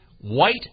white